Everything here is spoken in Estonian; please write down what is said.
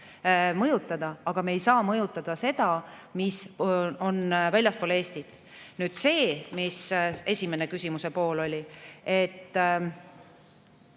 aga me ei saa mõjutada seda, mis on väljaspool Eestit. Nüüd see, mis küsimuse esimene pool oli.